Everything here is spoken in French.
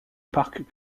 parc